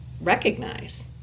recognize